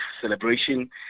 celebration